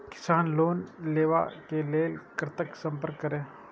किसान लोन लेवा के लेल कते संपर्क करें?